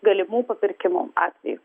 galimų papirkimų atvejų